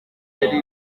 yari